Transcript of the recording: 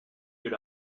good